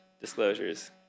Disclosures